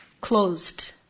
closed